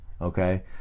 okay